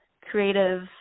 creative